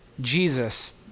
Jesus